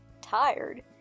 tired